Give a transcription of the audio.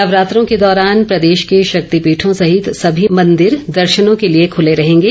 नवरात्रों के दौरान प्रदेश के शक्तिपीठों सहित सभी मंदिर दर्शनों के लिए खूले रहेंगे